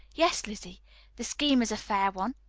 yes, lizzie the scheme is a fair one,